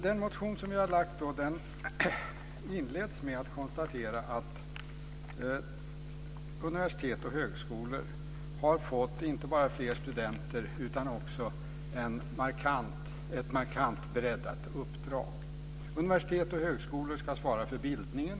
Den motion som jag har väckt inleds med att jag konstaterar att universitet och högskolor har fått inte bara fler studenter utan också ett markant breddat uppdrag. Universitet och högskolor ska svara för bildningen.